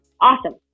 awesome